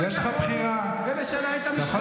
אתמול היה המפכ"ל בישיבת ממשלה ואמר: אפס שוטרים בבתי חולים.